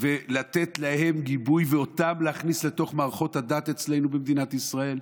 ולתת להם גיבוי ואותם להכניס לתוך מערכות הדת אצלנו במדינת ישראל?